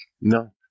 No